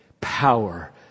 power